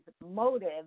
motive